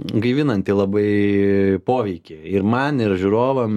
gaivinantį labai poveikį ir man ir žiūrovam